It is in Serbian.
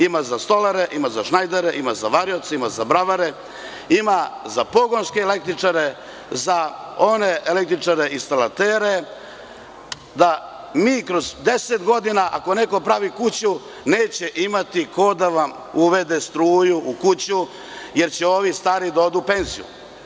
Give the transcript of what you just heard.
Ima za stolare, ima za šnajdere, ima za varioce, ima za bravare, ima za pogonske električare, za one električare, instalatere, da mi kroz deset godina ako neko pravi kuću neće imati ko da uvede struju u kuću, jer će ovi stari da odu u penziju.